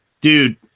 dude